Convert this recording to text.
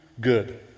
good